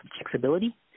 flexibility